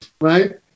right